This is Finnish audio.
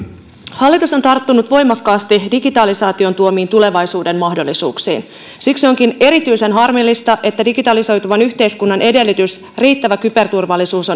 hallitus on tarttunut voimakkaasti digitalisaation tuomiin tulevaisuuden mahdollisuuksiin siksi onkin erityisen harmillista että digitalisoituvan yhteiskunnan edellytys riittävä kyberturvallisuus